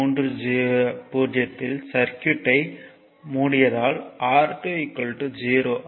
30 சர்க்யூட்யை மூடியதால் R2 0 ஆகும்